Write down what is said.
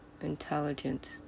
intelligence